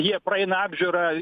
jie praeina apžiūrą